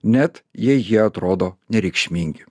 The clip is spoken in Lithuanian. net jei jie atrodo nereikšmingi